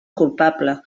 culpable